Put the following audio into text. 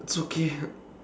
it's okay